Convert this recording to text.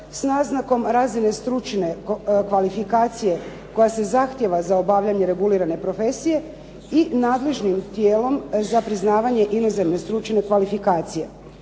s naznakom razine stručne kvalifikacije koja se zahtijeva za obavljanje regulirane profesije i nadležnim tijelom za priznavanje inozemne stručne kvalifikacije.